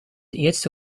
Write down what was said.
eerst